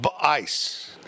ice